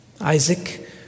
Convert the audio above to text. Isaac